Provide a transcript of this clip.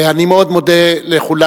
אני מאוד מודה לכולם.